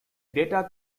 data